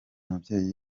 mubyeyi